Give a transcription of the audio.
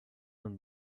them